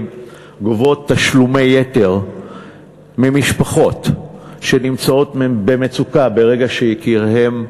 גובות תשלומי יתר ממשפחות שנמצאות במצוקה ברגע שיקיריהן נפטרו,